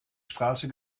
straße